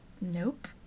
nope